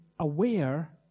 aware